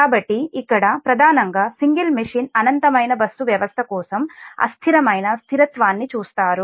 కాబట్టి ఇక్కడ ప్రధానంగా సింగిల్ మెషిన్ అనంతమైన బస్సు వ్యవస్థ కోసం అస్థిరమైన స్థిరత్వాన్ని చూస్తారు